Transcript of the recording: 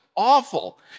awful